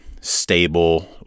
stable